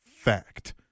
Fact